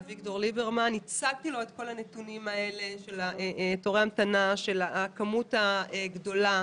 אביגדור ליברמן והצגתי לו את הנתונים האלה על תורי ההמתנה והכמות הגדולה